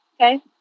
Okay